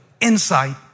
insight